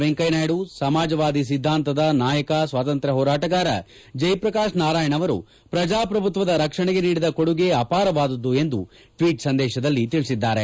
ವೆಂಕಯ್ಯನಾಯ್ಡು ಸಮಾಜವಾದಿ ಸಿದ್ಧಾಂತದ ನಾಯಕ ಸ್ವಾತಂತ್ರ್ಯ ಹೋರಾಟಗಾರ ಜಯಪ್ರಕಾಶ್ ನಾರಾಯಣ್ ಅವರು ಪ್ರಜಾಪ್ರಭುತ್ವದ ರಕ್ಷಣೆಗೆ ನೀಡಿದ ಕೊಡುಗೆ ಅಪಾರವಾದುದು ಎಂದು ಟ್ವೀಟ್ ಸಂದೇಶದಲ್ಲಿ ತಿಳಿಸಿದ್ದಾರೆ